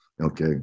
Okay